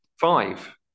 Five